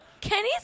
Kenny's